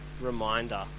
reminder